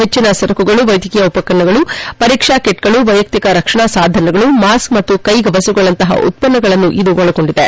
ಹೆಚ್ಚಿನ ಸರಕುಗಳು ವೈದ್ಯಕೀಯ ಉಪಕರಣಗಳು ಪರೀಕ್ಷಾ ಕಿಟ್ಗಳು ವ್ವೆಯಕ್ತಿಕ ರಕ್ಷಣಾ ಸಾಧನಗಳು ಮಾಸ್ಕ್ ಮತ್ತು ಕ್ಸೆಗವಸುಗಳಂತಹ ಉತ್ಸನ್ನಗಳನ್ನು ಒಳಗೊಂಡಿವೆ